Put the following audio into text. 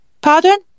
Pardon